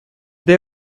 they